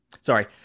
Sorry